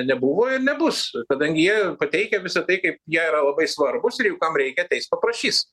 nebuvo ir nebus kadangi jie pateikia visa tai kaip jie yra labai svarbūs ir jeigu kam reikia ateis paprašys